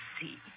see